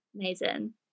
amazing